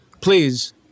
Please